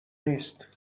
نیست